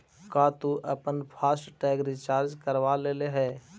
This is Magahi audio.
का तु अपन फास्ट टैग रिचार्ज करवा लेले हे?